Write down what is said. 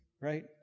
right